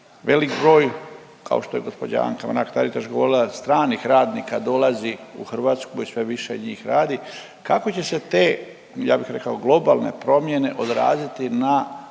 Velik broj, kao što je gđa. Anka Mrak-Taritaš govorila stranih radnika dolazi u Hrvatsku i sve više njih radi. Kako će se te, ja bih rekao globalne promjene odraziti na